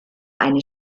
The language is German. eine